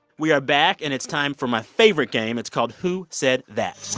we are back, and it's time for my favorite game. it's called who said that?